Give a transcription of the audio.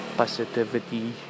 positivity